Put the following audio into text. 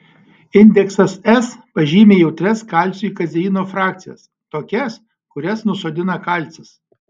indeksas s pažymi jautrias kalciui kazeino frakcijas tokias kurias nusodina kalcis